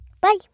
Bye